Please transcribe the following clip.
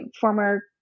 former